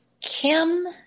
Kim